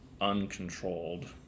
uncontrolled